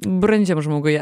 brandžiam žmoguje